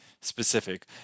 specific